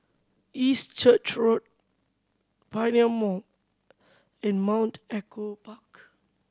East Church Road Pioneer Mall and Mount Echo Park